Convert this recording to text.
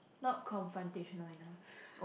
not confrontational enough